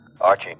Archie